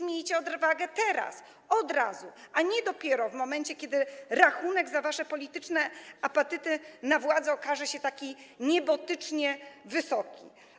Miejcie odwagę zrobić to teraz, od razu, a nie dopiero w momencie, kiedy rachunek za wasze polityczne apetyty na władzę okaże się taki niebotycznie wysoki.